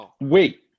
wait